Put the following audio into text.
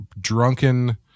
drunken